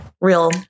real